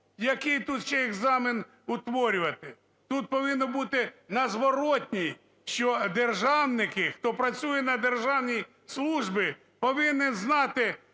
Який тут ще екзамен утворювати? Тут повинно бути на зворотній, що державники, хто працює на державній службі повинен знати,